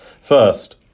First